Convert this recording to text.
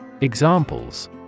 Examples